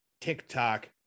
tiktok